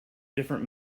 different